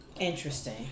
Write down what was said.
Interesting